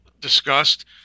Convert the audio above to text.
discussed